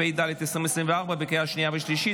התשפ"ד 2024, לקריאה שנייה ושלישית.